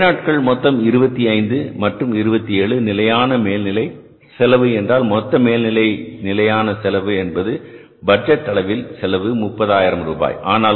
வேலை நாட்கள் மொத்தம் 25 மற்றும் 27 நிலையான மேல்நிலை செலவு என்றால் மொத்த மேல்நிலை நிலையான செலவு என்பது பட்ஜெட் அளவில் செலவு ரூபாய் 30000